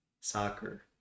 soccer